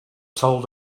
told